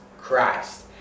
Christ